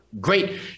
Great